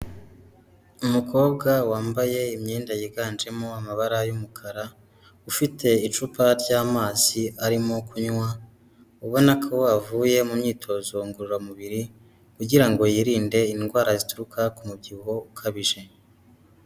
Umukobwa wambaye imyenda yiganjemo amabara y'umukara, ufite icupa ry'amazi arimo kunywa ubona ko avuye mu myitozo ngororamubiri kugira ngo yirinde indwara zituruka ku mubyibuho ukabije.